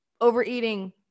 overeating